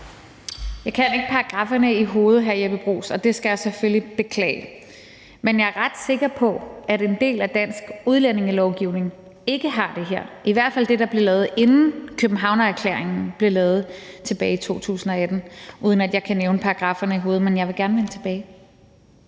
Jeg kan ikke paragrafferne i hovedet, hr. Jeppe Bruus, og det skal jeg selvfølgelig beklage. Men jeg er ret sikker på, at en del af dansk udlændingelovgivning ikke har det her – i hvert fald det, der blev lavet, inden Københavnererklæringen blev lavet tilbage i 2018 – uden at jeg kan nævne paragrafferne. Men det vil jeg gerne vende tilbage